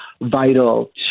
vital